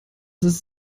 ist